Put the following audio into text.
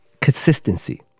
consistency